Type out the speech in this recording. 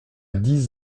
dix